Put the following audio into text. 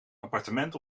appartement